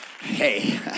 hey